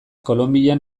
kolonbian